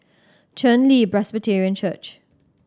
Chen Li Presbyterian Church